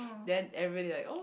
then everyone like oh